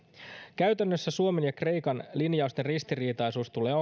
käytännössä suomen ja kreikan linjausten ristiriitaisuus tulee